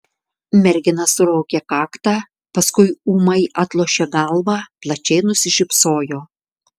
mergina suraukė kaktą paskui ūmai atlošė galvą plačiai nusišypsojo